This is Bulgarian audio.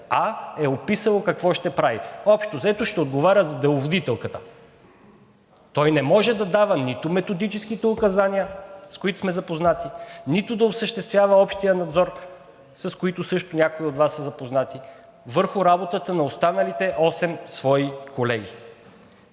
е описал какво ще прави, общо взето ще отговаря за деловодителката. Той не може да дава и нито методическите указания, с които сме запознати, нито да осъществява общия надзор, с които някои от Вас са запознати върху работата на останалите осем свои колеги.